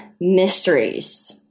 Mysteries